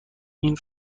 این